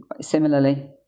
similarly